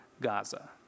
Gaza